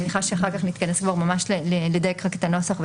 מניחה שאחר כך נתכנס כבר ממש לדייק את הנוסח.